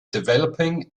developing